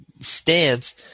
stance